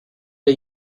der